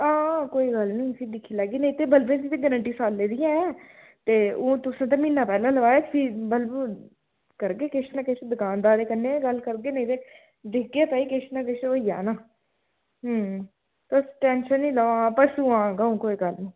हां कोई गल्ल निं फ्ही दिक्खी लैह्गे नेईं ते बल्बै दी बी गैरंटी सालै दी ऐ ते ओह् तुसें ते म्हीनै पैह्लें लोआया एसी बल्ब करगे किश नां किश दकानदारै कन्नै गल्ल करगे नेईं तां दिक्खगे भाई किश ना किश होई जाना हां तुस टेंशन निं लैओ आं परसूं आंह्गा अं'ऊ कोई गल्ल निं